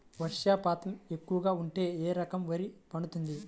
వర్షపాతం ఎక్కువగా ఉంటే ఏ రకం వరి పండుతుంది?